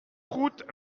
route